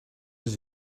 does